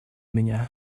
меня